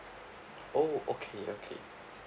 oh okay okay